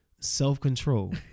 self-control